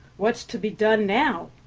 what's to be done now?